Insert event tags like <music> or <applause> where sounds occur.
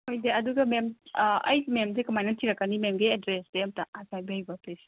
<unintelligible> ꯑꯗꯨꯒ ꯃꯦꯝ ꯑꯩ ꯃꯦꯝꯁꯦ ꯀꯃꯥꯏꯅ ꯊꯤꯔꯛꯀꯅꯤ ꯃꯦꯝꯒꯤ ꯑꯦꯗ꯭ꯔꯦꯁꯁꯦ ꯑꯝꯇ ꯊꯥꯏꯐꯦꯠ ꯍꯥꯏꯕꯤꯌꯨꯕ ꯄ꯭ꯂꯤꯁ